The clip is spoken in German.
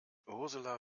ursula